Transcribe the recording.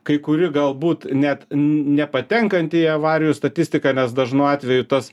kai kuri galbūt net nepatenkanti į avarijų statistiką nes dažnu atveju tas